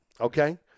okay